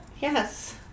Yes